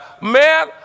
man